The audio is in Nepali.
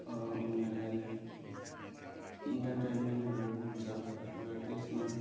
उनीहरूलाई इन्टरटेन्मेन्टहरू हुन्छ र त्यसमा